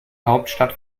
hauptstadt